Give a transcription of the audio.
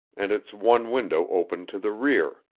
and its one window opened to the rear,